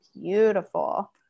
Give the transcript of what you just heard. beautiful